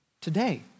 today